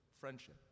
friendship